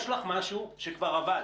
יש לך משהו שכבר עבד.